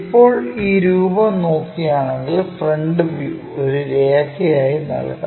ഇപ്പോൾ ഈ രൂപം നോക്കുകയാണെങ്കിൽ ഫ്രണ്ട് വ്യൂ ഒരു രേഖയായി നൽകാം